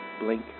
Blink